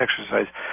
exercise